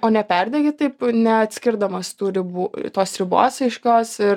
o neperdegi taip neatskirdamas tų ribų tos ribos aiškios ir